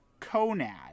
CONAD